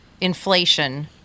inflation